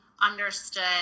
understood